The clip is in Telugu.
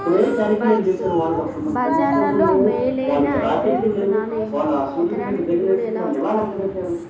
భజనలు మేలైనా హైబ్రిడ్ విత్తనాలు ఏమిటి? ఎకరానికి దిగుబడి ఎలా వస్తది?